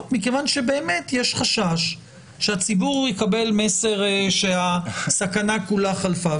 מכיוון שבאמת יש חשש שהציבור יקבל מסר שהסכנה כולה חלפה.